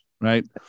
Right